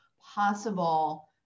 possible